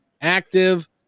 active